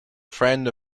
friend